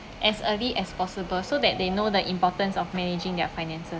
as early as possible so that they know the importance of managing their finances